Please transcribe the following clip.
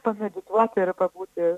pamedituoti pabūti